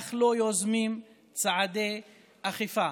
אך לא יוזמים צעדי אכיפה.